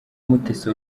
mutesi